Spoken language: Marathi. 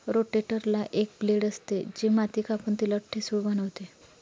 रोटेटरला एक ब्लेड असते, जे माती कापून तिला ठिसूळ बनवते